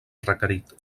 requerit